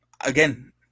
Again